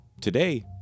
today